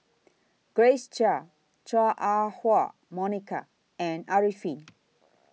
Grace Chia Chua Ah Huwa Monica and Arifin